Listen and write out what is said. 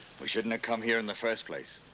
we shouldn't have come here in the first place.